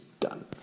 done